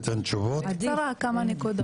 בקצרה, כמה נקודות.